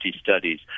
studies